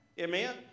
Amen